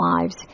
lives